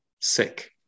sick